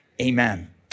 Amen